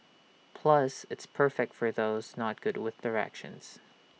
plus it's perfect for those not good with directions